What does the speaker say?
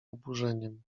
oburzeniem